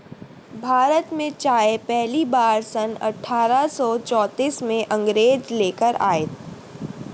भारत में चाय पहली बार सन अठारह सौ चौतीस में अंग्रेज लेकर आए